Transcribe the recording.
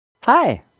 Hi